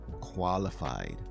qualified